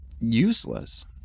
useless